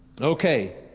Okay